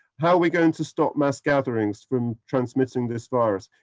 how are we going to stop mass gatherings from transmitting this virus?